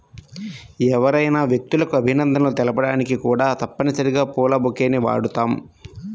ఎవరైనా వ్యక్తులకు అభినందనలు తెలపడానికి కూడా తప్పనిసరిగా పూల బొకేని వాడుతాం